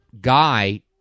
Guy